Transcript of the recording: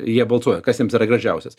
jie balsuoja kas jiems yra gražiausias